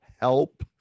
help